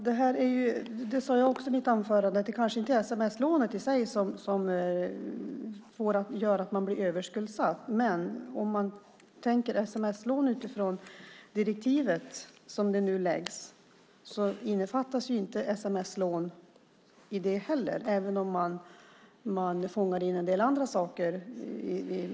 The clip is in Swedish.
Herr talman! Jag sade också i mitt anförande att det kanske inte är sms-lånet i sig som gör att man blir överskuldsatt. Tittar man på sms-lån utifrån det nya direktiv som läggs fram omfattas dessa inte av det, även om man fångar in en del andra saker.